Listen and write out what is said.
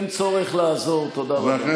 אין צורך לעזור, תודה לכם.